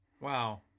Wow